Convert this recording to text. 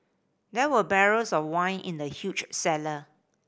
there were barrels of wine in the huge cellar